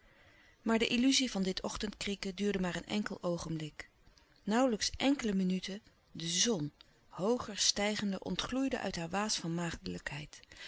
maar de illuzie van dit ochtendkrieken duurde maar een enkel oogenblik nauwlijks enkele minuten de zon hooger stijgende ontgloeide uit haar waas van maagdelijkheid